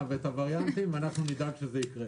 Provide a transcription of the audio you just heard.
ואת הווריאנטים ואנחנו נדאג שזה יקרה.